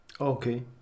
Okay